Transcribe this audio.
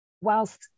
whilst